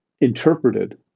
interpreted